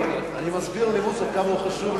אני מסביר כמה הוא חשוב,